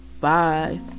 Bye